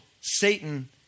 Satan